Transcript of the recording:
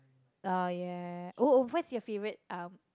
ah ya oh oh what's your favourite um